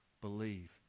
believe